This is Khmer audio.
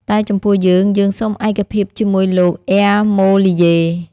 តែចំពោះយើងៗសូមឯកភាពជាមួយលោក អែម៉ូលីយេ។